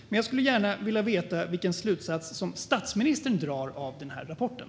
Jag skulle gärna vilja veta vilken slutsats statsministern drar av rapporten.